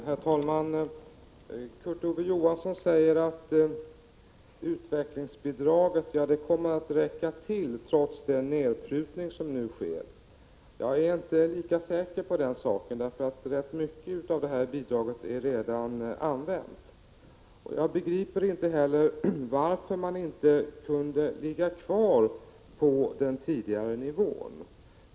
Herr talman! Kurt Ove Johansson säger att utvecklingsbidraget kommer att räcka till trots den nedprutning som nu sker. Jag är inte lika säker på den saken, för rätt mycket av detta bidrag är redan använt. Jag begriper inte heller varför bidraget inte kunde ligga kvar på den tidigare nivån.